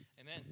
Amen